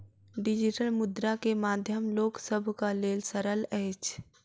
digital मुद्रा के माध्यम लोक सभक लेल सरल अछि